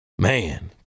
man